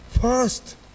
first